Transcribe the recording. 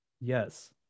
Yes